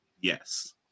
yes